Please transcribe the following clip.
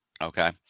okay